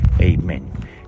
Amen